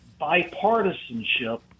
bipartisanship